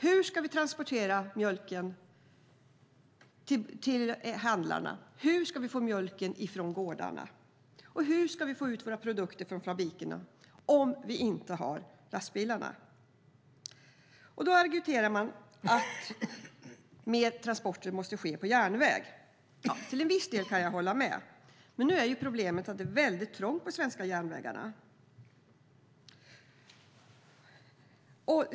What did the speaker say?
Hur ska vi transportera mjölken till handlarna? Hur ska vi få mjölken från gårdarna? Och hur ska vi få ut våra produkter från fabrikerna om vi inte har lastbilarna? Då argumenterar man för att mer transporter måste ske på järnväg. Till en viss del kan jag hålla med. Men nu är problemet att det är väldigt trångt på de svenska järnvägarna.